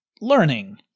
learning